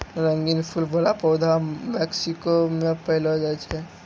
रंगीन फूल बड़ा पौधा मेक्सिको मे पैलो जाय छै